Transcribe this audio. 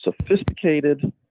sophisticated